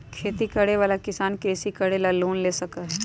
खेती करे वाला किसान कृषि करे ला लोन ले सका हई